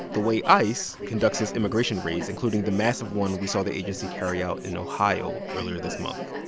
the way ice conducts its immigration raids, including the massive one we saw the agency carry out in ohio earlier this month.